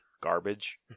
garbage